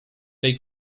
tej